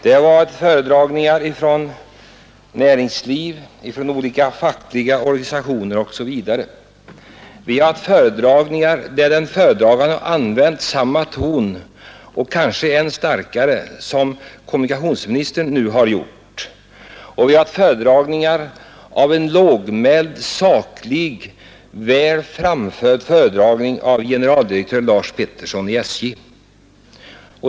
Det har varit föredragningar från näringslivet, från olika fackliga organisationer osv. Vi har haft föredragningar där den föredragande har använt samma ton och kanske än starkare än kommunikationsministern nu haft. Vi har haft en lågmäld, saklig och väl framförd föredragning av generaldirektör Lars Peterson i SJ.